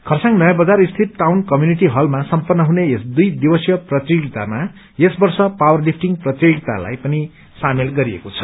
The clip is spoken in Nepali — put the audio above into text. खरसाङ नयाँ बजारस्थित टाउन कम्युनिटी इलमा सम्पत्र हुने यस दुइ दिवसीय प्रतियोगितामा यस वर्ष पावर लिफिटंग प्रतियोगितालाई पनि सामेल गरिएको छ